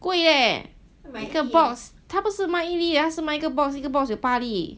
很贵 leh 一个 box 他不是卖一粒他是卖一个 box 一个 box 有八粒